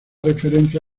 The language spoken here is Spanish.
referencia